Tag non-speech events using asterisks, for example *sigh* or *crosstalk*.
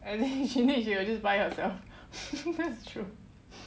and then she needs she will just buy it herself *laughs* that's true